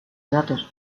datos